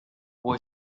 boy